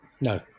No